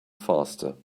faster